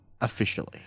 Officially